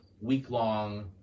week-long